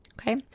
Okay